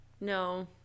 No